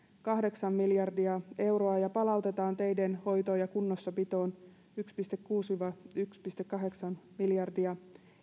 kahdeksan miljardia euroa ja palautetaan teiden hoitoon ja kunnossapitoon yksi pilkku kuusi yksi pilkku kahdeksan miljardia